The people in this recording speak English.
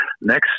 Next